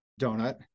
donut